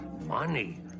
money